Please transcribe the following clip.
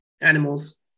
animals